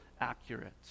accurate